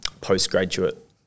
postgraduate